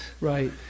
right